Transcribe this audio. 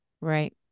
Right